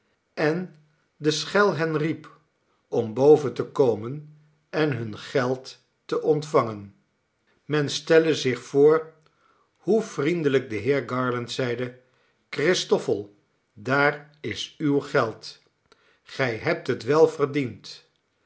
en de schel hen riep om boven te komen en hun geld te ontvangen men stelle zich voor hoe vriendelijk de heer garland zeide christoffel daar is uw geld gij hebt het wel verdiend